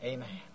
Amen